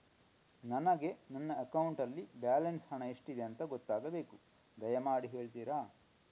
ನನಗೆ ನನ್ನ ಅಕೌಂಟಲ್ಲಿ ಬ್ಯಾಲೆನ್ಸ್ ಹಣ ಎಷ್ಟಿದೆ ಎಂದು ಗೊತ್ತಾಗಬೇಕು, ದಯಮಾಡಿ ಹೇಳ್ತಿರಾ?